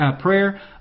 prayer